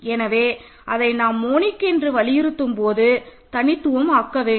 எனவே அதை நாம் மோனிக் என்று வலியுறுத்தும் போது தனித்துவம் ஆக்கவேண்டும்